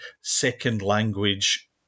second-language